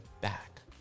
back